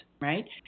right